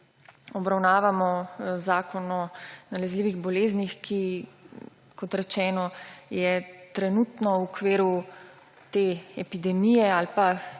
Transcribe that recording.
obravnavamo zakon o nalezljivih bolezni, ki, kot rečeno, je trenutno v okviru te epidemije ali